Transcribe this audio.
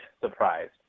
surprised